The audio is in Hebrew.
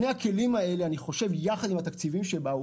אני חושב ששני הכלים האלה, יחד עם התקציבים שבאו,